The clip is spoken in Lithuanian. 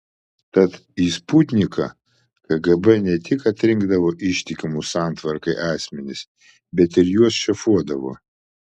tad į sputniką kgb ne tik atrinkdavo ištikimus santvarkai asmenis bet ir juos šefuodavo